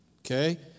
Okay